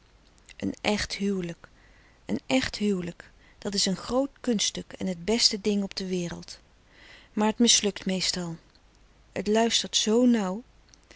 een echt huwelijk een echt huwelijk dat is een groot kunststuk en het beste ding op de wereld maar t mislukt meestal t luistert zoo nauw